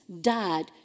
died